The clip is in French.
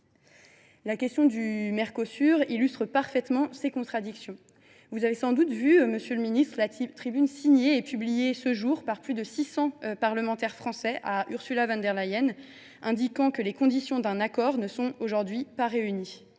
La question du Mercosur illustre parfaitement ces contradictions. Vous avez sans doute lu, monsieur le ministre, la tribune adressée aujourd’hui par plus de six cents parlementaires français à Ursula von der Leyen, dans laquelle ils indiquent que les conditions d’un accord ne sont aujourd’hui pas réunies.